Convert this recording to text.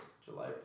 July